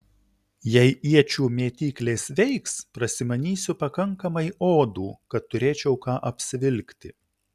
jei iečių mėtyklės veiks prasimanysiu pakankamai odų kad turėčiau ką apsivilkti